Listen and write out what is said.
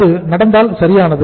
அது நடந்தால் சரியானது